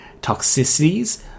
toxicities